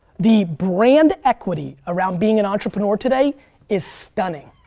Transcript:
the brand equity around being an entrepreneur today is stunning.